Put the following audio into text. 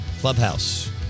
Clubhouse